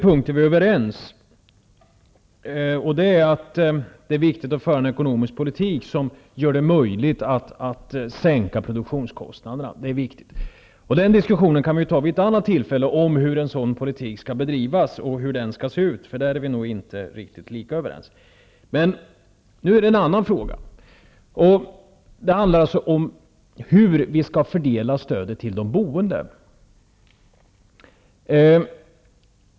Herr talman! På en punkt är vi överens, nämligen att det är viktigt att föra en ekonomisk politik som gör det möjligt att sänka produktionskostnaderna. Det är viktigt. Diskussionen om hur en sådan politik skall bedrivas kan vi föra vid ett annat tillfälle -- på den punkten är vi nog inte riktigt lika överens. Men nu handlar det om en annan fråga, hur vi skall fördela stödet till de boende.